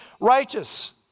righteous